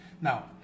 Now